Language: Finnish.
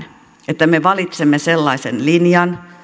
että me valitsemme sellaisen linjan